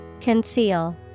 Conceal